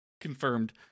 Confirmed